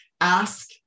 ask